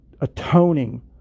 atoning